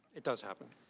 it does happen.